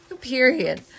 period